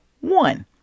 one